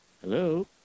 Hello